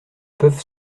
peuvent